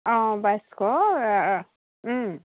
অঁ বাইছশ অঁ